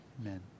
Amen